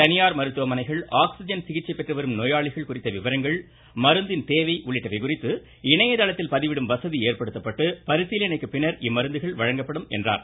தனியார் மருத்துவமனைகள் ஆக்சிஜன் சிகிச்சை பெற்று வரும் நோயாளிகள் குறித்த விவரங்கள் மருந்தின் தேவை குறித்து இணையதளத்தில் பதிவிடும் வசதி ஏற்படுத்தப்பட்டு பரிசீலனைக்கு பின்னர் இம்மருந்துகள் வழங்கப்படும் என்றார்